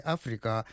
Africa